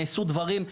נעשו דברים,